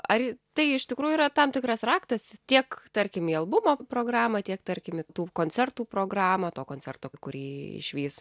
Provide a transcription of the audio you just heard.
ar tai iš tikrųjų yra tam tikras raktas tiek tarkim į albumo programą tiek tarkim į tų koncertų programą to koncerto kurį išvys